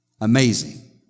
amazing